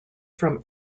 from